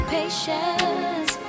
patience